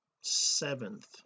seventh